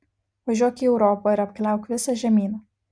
važiuok į europą ir apkeliauk visą žemyną